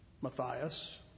Matthias